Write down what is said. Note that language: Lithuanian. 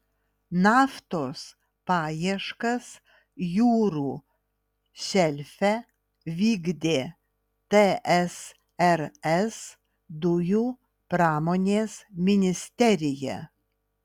naftos paieškas jūrų šelfe vykdė tsrs dujų pramonės ministerija